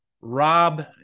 Rob